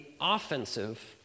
offensive